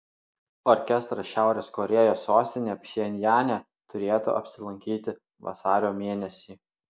orkestras šiaurės korėjos sostinėje pchenjane turėtų apsilankyti vasario mėnesį